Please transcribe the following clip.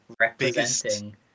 representing